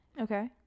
Okay